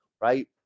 right